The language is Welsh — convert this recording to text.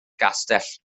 gastell